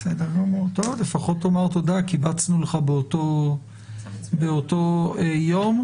בסדר גמור, לפחות תאמר תודה, קיבצנו לך באותו יום.